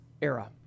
era